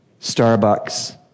Starbucks